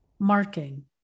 marking